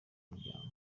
umuryango